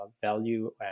value